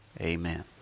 Amen